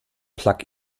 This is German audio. plug